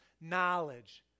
knowledge